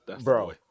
Bro